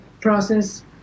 process